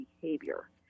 behavior